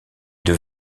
deux